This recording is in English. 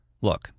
Look